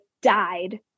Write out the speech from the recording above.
died